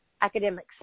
academics